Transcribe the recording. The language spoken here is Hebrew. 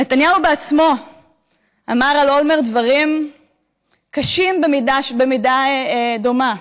נתניהו בעצמו אמר על אולמרט דברים קשים במידה דומה: